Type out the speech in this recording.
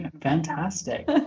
Fantastic